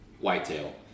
whitetail